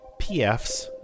PFs